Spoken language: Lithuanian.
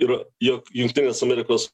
ir jog jungtinės amerikos